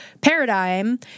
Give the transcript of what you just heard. paradigm